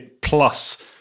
plus